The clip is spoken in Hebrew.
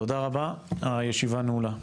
תודה רבה, הישיבה נעולה.